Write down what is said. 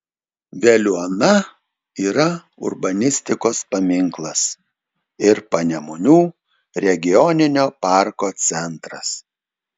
veliuona yra urbanistikos paminklas ir panemunių regioninio parko centras